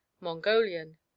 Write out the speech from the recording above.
Mongolian